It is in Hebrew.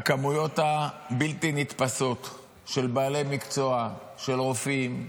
הכמויות הבלתי-נתפסות של בעלי מקצוע, של רופאים,